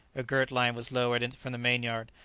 a girt-line was lowered from the mainyard,